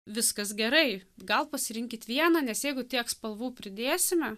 viskas gerai gal pasirinkit vieną nes jeigu tiek spalvų pridėsime